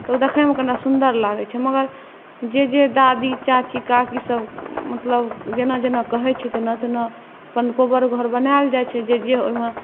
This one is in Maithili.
तऽ ओ देखैमे कनि सुन्दर लागै छै मगर जे जे दादी चाची काकीसब मतलब जेना जेना कहै छै तेना तेना अपन कोहबर घर बनाओल जाइ छै जे जे ओहिमे